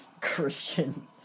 Christian